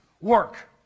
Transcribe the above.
work